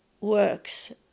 works